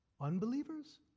Unbelievers